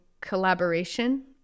collaboration